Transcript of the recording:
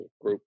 group